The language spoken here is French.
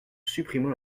supprimant